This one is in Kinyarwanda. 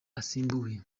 asimbuye